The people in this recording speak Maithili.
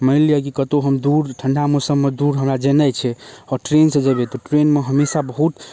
मानि लिअ कि कतौ हम दूर ठण्डा मौसममे दूर हमरा जेनाइ छै आओरर ट्रेनसँ जेबै तऽ ट्रेनमे हमेशा बहुत